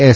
S